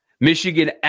Michigan